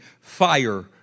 fire